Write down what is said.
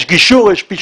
יש גישור ויש פישור.